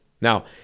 Now